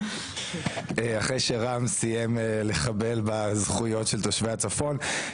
אחרי שרם סיים לחבל בזכויות של תושבי הצפון,